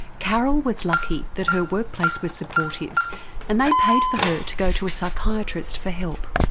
carol was lucky that her workplace was supportive and they paid for her to go to a psychiatrist for help.